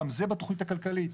גם זה בתוכנית הכלכלית.